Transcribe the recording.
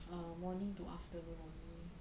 err morning to afternoon only